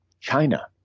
China